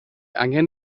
angen